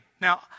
Now